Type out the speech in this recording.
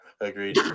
agreed